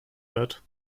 wird